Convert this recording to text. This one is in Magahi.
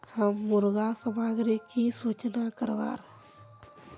हम मुर्गा सामग्री की सूचना करवार?